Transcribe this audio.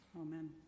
Amen